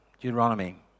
Deuteronomy